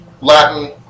Latin